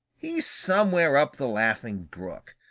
he's somewhere up the laughing brook.